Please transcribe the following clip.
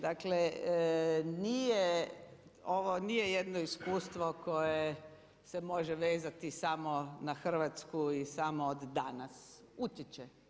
Dakle nije, ovo nije jedno iskustvo koje se može vezati samo na Hrvatsku i samo od danas, utječe.